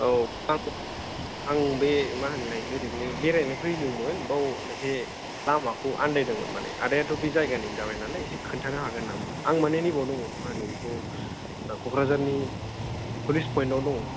आव आं बि मा होनो मोनलाय एरैनो बेरायनो फैदोंमोन बाव एसे लामाखौ आन्दायदोंमोन माने आदाया थ बे जायगा नि जाबा नालाय एसे खोन्थानो हागोन नामा आं माने नैबा दङ मा होनो बेखौ क'क्राझारनि पुलिस पइन्ट आव दङ